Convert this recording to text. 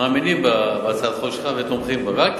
מאמינים בהצעת החוק שלך ותומכים בה,